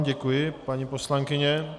Děkuji vám, paní poslankyně.